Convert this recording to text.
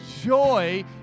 joy